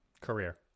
Career